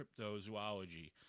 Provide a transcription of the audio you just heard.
cryptozoology